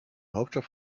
hauptstadt